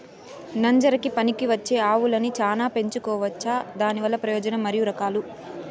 నంజరకి పనికివచ్చే ఆవులని చానా పెంచుకోవచ్చునా? దానివల్ల ప్రయోజనం మరియు రకాలు?